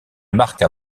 marque